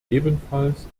ebenfalls